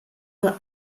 nur